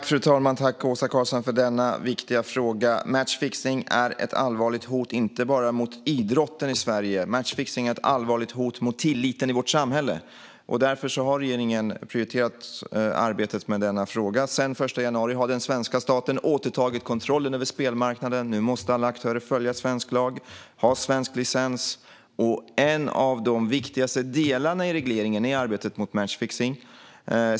Fru talman! Tack, Åsa Karlsson, för denna viktiga fråga! Matchfixning är ett allvarligt hot inte bara mot idrotten i Sverige. Matchfixning är ett allvarligt hot mot tilliten i vårt samhälle. Därför har regeringen prioriterat arbetet med denna fråga. Sedan den 1 januari har den svenska staten återtagit kontrollen över spelmarknaden. Nu måste alla aktörer följa svensk lag och ha svensk licens. En av de viktigaste delarna i regleringen är arbetet mot matchfixning.